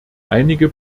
einige